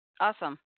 Awesome